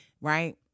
right